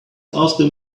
after